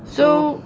so